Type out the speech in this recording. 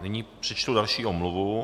Nyní přečtu další omluvu.